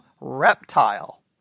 reptile